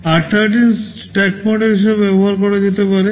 r13 stack pointer হিসাবে ব্যবহার করা যেতে পারে